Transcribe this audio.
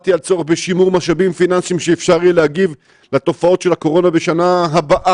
כי השיעורים הפרטיים הם לא רק עבורנו כמורים וכבתי ספר,